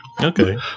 Okay